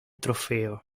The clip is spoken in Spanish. trofeo